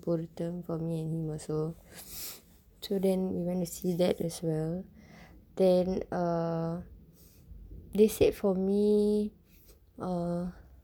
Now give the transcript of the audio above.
both for me and also to then we went to see that as well then err they said for me err